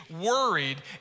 worried